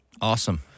Awesome